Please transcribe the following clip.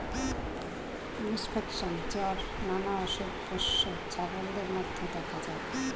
infection, জ্বর নানা অসুখ পোষ্য ছাগলদের মধ্যে দেখা যায়